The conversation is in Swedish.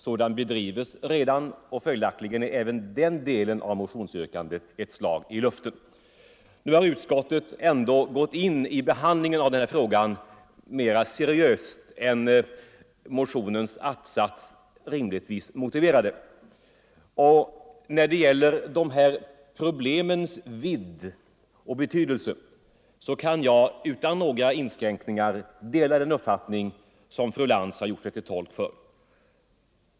Sådan bedrivs redan, och följaktligen är även den delen av motionsyrkandet ett slag i luften. Nu har utskottet ändå gått in på en mera seriös behandling av denna motion än motionens att-satser rimligen motiverar. När det gäller dessa problems vidd och betydelse kan jag utan några inskränkningar dela den uppfattning som fru Lantz har gjort sig till tolk för.